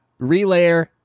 Relayer